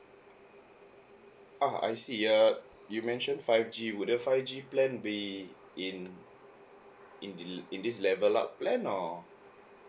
ah I see err you mentioned five G would the five G plan be in in the in this level up plan or